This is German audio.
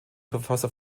verfasser